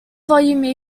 volume